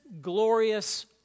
glorious